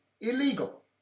illegal